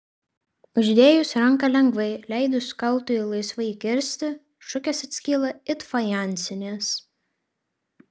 uždėjus ranką lengvai leidus kaltui laisvai kirsti šukės atskyla it fajansinės